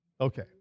Okay